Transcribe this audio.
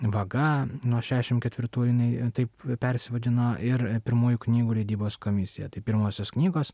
vaga nuo šešiasdešimt ketvirtųjų jinai taip persivadino ir pirmųjų knygų leidybos komisija tai pirmosios knygos